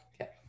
Okay